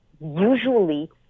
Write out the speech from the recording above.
Usually